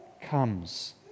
comes